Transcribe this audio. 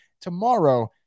tomorrow